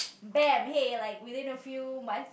bam hey like within a few months